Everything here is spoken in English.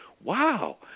wow